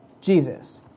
Jesus